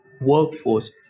workforce